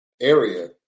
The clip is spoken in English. area